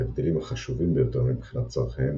ההבדלים החשובים ביותר מבחינת צרכיהן